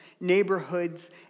neighborhoods